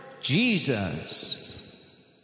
Jesus